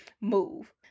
move